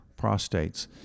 prostates